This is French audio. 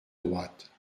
droite